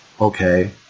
Okay